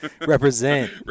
Represent